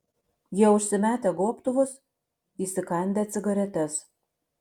jie užsimetę gobtuvus įsikandę cigaretes